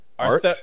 Art